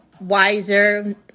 wiser